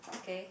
okay